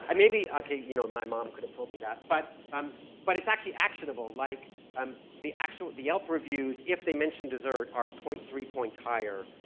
and maybe, okay you know, my mom could have told me that but um but it's actually actionable like um the actual, the yelp reviews if they mention desert are zero point three points higher.